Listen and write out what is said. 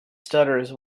stutters